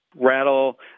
rattle